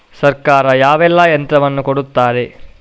ಸರ್ಕಾರ ಯಾವೆಲ್ಲಾ ಯಂತ್ರವನ್ನು ಕೊಡುತ್ತಾರೆ?